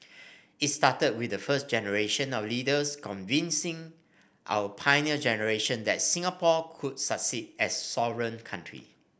it started with the first generation of leaders convincing our Pioneer Generation that Singapore could succeed as a sovereign country